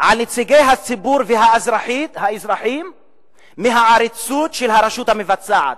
על נציגי הציבור והאזרחים מהעריצות של הרשות המבצעת.